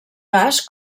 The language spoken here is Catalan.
gas